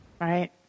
Right